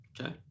Okay